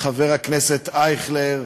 חבר הכנסת אייכלר,